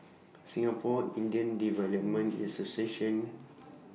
Singapore Indian Development Association